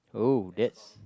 oh that's